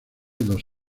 dos